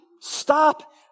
stop